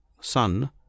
Sun